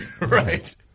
right